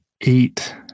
eight